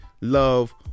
love